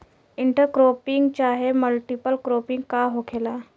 Inter cropping चाहे multiple cropping का होखेला?